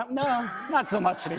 um no, not so much